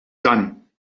done